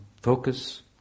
focus